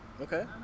Okay